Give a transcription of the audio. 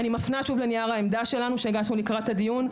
אני מפנה שוב לנייר העמדה שלנו שהגשנו לקראת הדיון.